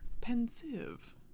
Pensive